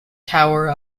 tower